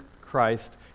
Christ